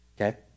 Okay